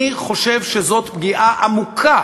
אני חושב שזאת פגיעה עמוקה